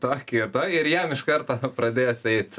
tokį ir tokį ir jam iš karto pradės eit